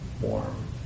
warm